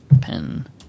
pen